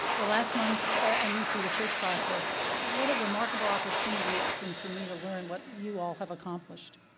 the last months and through the search process ah what a remarkable opportunity it's been for me to learn what you all have accomplished.